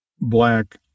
black